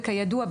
וכידוע,